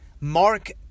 Mark